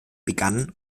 begannen